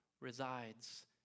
resides